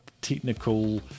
technical